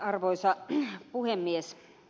arvoisa puhemies